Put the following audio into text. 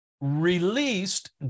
released